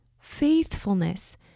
faithfulness